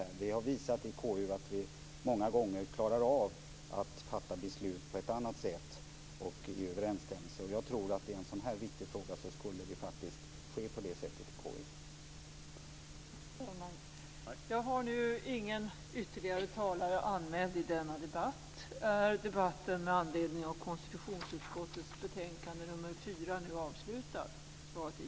Vi i KU har visat att vi många gånger klarar av att fatta beslut i överensstämmelse på ett annat sätt.